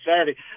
Saturday